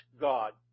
God